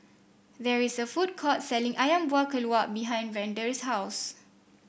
there is a food court selling ayam Buah Keluak behind Vander's house